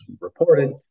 reported